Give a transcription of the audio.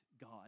God